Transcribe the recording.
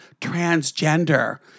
transgender